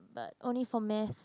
but only for math